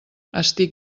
estic